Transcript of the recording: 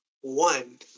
one